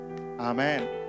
amen